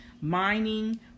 Mining